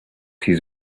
his